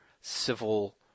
civil